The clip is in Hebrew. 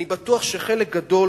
אני בטוח שחלק גדול